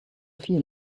feel